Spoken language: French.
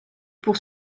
pour